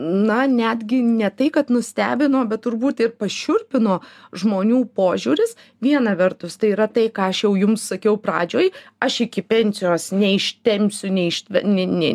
na netgi ne tai kad nustebino bet turbūt ir pašiurpino žmonių požiūris viena vertus tai yra tai ką aš jau jums sakiau pradžioj aš iki pensijos neištempsiu neištve ne ne